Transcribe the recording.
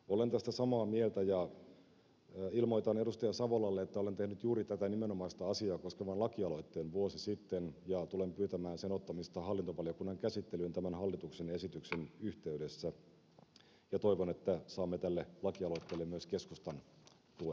olen tästä samaa mieltä ja ilmoitan edustaja savolalle että olen tehnyt juuri tätä nimenomaista asiaa koskevan lakialoitteen vuosi sitten ja tulen pyytämään sen ottamista hallintovaliokunnan käsittelyyn tämän hallituksen esityksen yhteydessä ja toivon että saamme tälle lakialoitteelle myös keskustan tuen